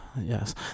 Yes